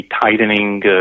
tightening